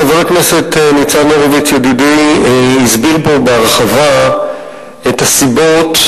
חבר הכנסת ניצן הורוביץ ידידי הסביר פה בהרחבה את הסיבות,